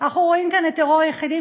אנחנו רואים כאן את טרור היחידים,